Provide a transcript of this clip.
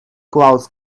clouds